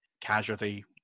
casualty